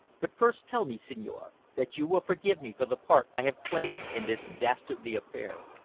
but first tell me, signore, that you will forgive me for the part i have played in this dastardly affair.